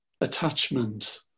attachment